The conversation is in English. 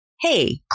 hey